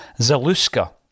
Zaluska